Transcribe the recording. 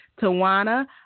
Tawana